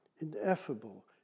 ineffable